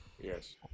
Yes